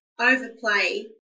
overplay